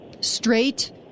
straight